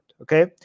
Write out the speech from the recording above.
okay